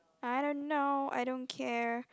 I don't know I don't care